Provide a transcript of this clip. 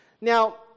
Now